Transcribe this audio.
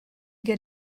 get